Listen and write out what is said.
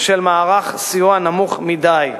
בשל מערך סיוע נמוך מדי.